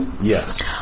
Yes